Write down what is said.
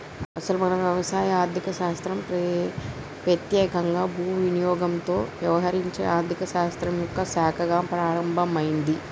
అసలు మన వ్యవసాయం ఆర్థిక శాస్త్రం పెత్యేకంగా భూ వినియోగంతో యవహరించే ఆర్థిక శాస్త్రం యొక్క శాఖగా ప్రారంభమైంది